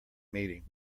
meeting